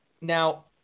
now